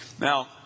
Now